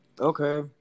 Okay